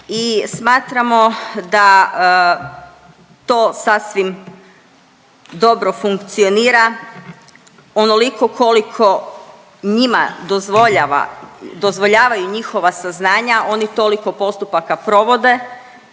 smatramo da to sasvim dobro funkcionira, onoliko koliko njima dozvoljava, dozvoljavaju njihova saznanja oni toliko postupaka provode